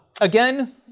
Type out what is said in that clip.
again